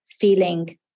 feeling